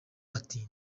ati